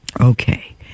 Okay